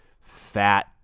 fat